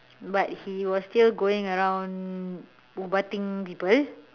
but he was still going around ubat ing people